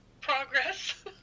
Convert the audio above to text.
Progress